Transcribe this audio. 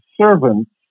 servants